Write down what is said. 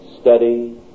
study